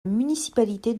municipalité